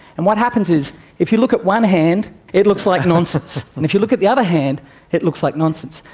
and what happens is if you look at one hand it looks like nonsense. and if you look at the other hand it looks like nonsense.